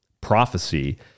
prophecy